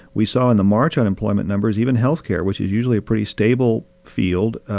we saw in the march unemployment numbers even health care, which is usually a pretty stable field,